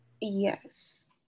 Yes